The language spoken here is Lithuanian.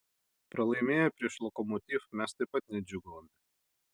pralaimėję prieš lokomotiv mes taip pat nedžiūgavome